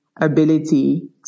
ability